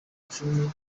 icumi